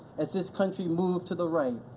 as this country moved to the right,